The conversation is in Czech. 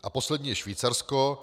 A poslední je Švýcarsko.